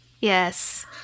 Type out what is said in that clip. Yes